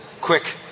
quick